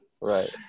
Right